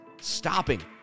stopping